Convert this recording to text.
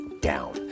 down